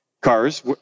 cars